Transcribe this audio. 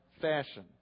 fashion